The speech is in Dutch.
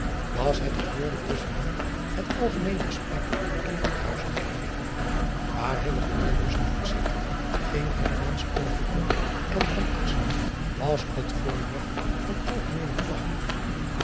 was het gebeurde tusschen hen het algemeen gesprek in nkhuizen aar dus de voet zette ging over over de tong en was het voorwerp van algemeen beklag